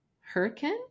Hurricane